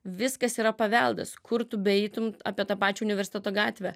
viskas yra paveldas kur tu beeitum apie tą pačią universiteto gatvę